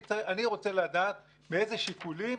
אני רוצה לדעת לפי אילו שיקולים